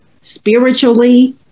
Spiritually